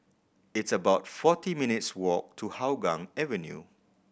it's about forty minutes' walk to Hougang Avenue